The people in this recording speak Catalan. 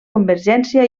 convergència